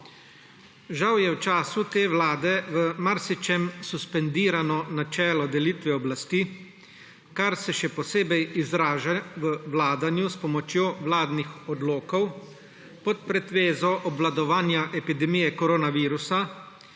Žal je v času te vlade v marsičem suspendirano načelo delitve oblasti, kar se še posebej izraža v vladanju s pomočjo vladnih odlokov pod pretvezo obvladovanja epidemije korona virusa,